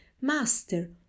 Master